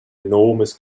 enormous